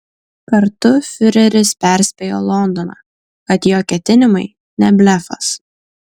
kartu fiureris perspėjo londoną kad jo ketinimai ne blefas